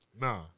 Nah